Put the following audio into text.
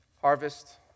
Harvest